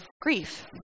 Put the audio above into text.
grief